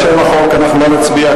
על שם החוק אנחנו לא נצביע,